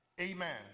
amen